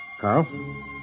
Carl